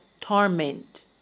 torment